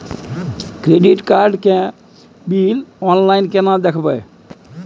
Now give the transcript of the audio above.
Credit card के bill online केना देखबय?